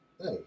Hey